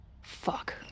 Fuck